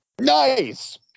Nice